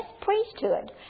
priesthood